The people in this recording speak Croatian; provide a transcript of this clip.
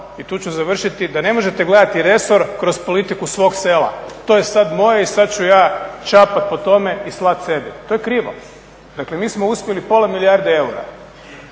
i tu ću završiti da ne možete gledati resor kroz politiku svog sela, to je sada moje i sada ću ja čapat po tome i slati sebi. To je krivo. Dakle mi smo uspjeli pola milijarde eura